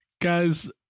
Guys